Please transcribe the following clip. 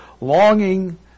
longing